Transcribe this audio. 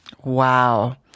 Wow